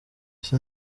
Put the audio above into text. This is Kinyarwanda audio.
ese